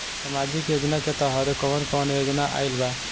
सामाजिक योजना के तहत कवन कवन योजना आइल बा?